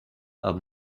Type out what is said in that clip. are